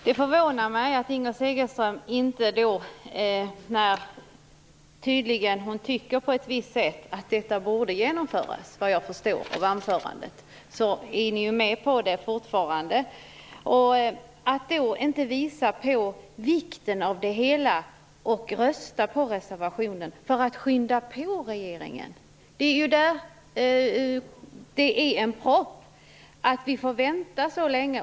Herr talman! Vad jag förstår av Inger Segelströms anförande tycker hon att detta borde genomföras. Hon är fortfarande med på det. Därför förvånar det mig att Inger Segelström då inte visar på vikten av det hela och röstar för reservationen i syfte att skynda på regeringen. Det är en propp att vi måste vänta så länge.